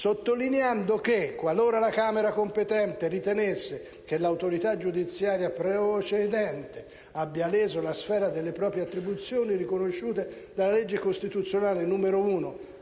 sottolineando che «qualora la Camera competente ritenesse che l'autorità giudiziaria procedente abbia leso la sfera delle proprie attribuzioni riconosciute dalla legge costituzionale n. 1